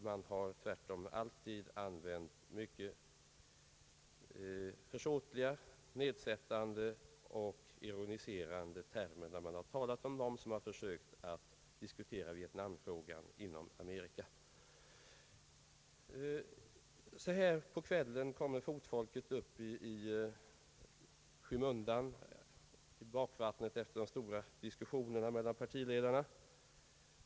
Man har tvärtom alltid använt mycket försåtliga, nedsättande och ironiserande termer när man har talat om dem som försökt kritiskt diskutera vietnamfrågan inom Amerika. Så här på kvällen kommer fotfolket upp — i skymundan, i bakvattnet efter de stora diskussionerna mellan partiledarna.